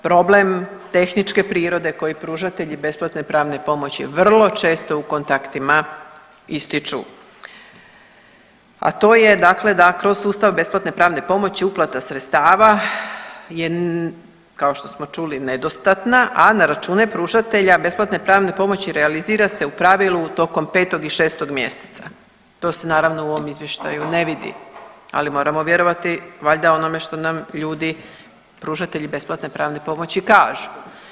Problem tehničke prirode koji pružatelji besplatne pravne pomoći vrlo često u kontaktima ističu, a to je dakle da kroz sustav besplatne pravne pomoći uplata sredstava je kao što smo čuli nedostatna, a na račune pružatelja besplatne pravne pomoći realizira se u pravilu tokom 5. i 6. mjeseca, to se naravno u ovom izvještaju ne vidi, ali moramo vjerovati valjda onome što nam ljudi pružatelji besplatne pravne pomoći kažu.